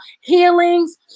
healings